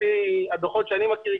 לפי הדוחות שאני מכיר,